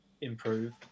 improve